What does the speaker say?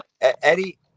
Eddie